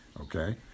okay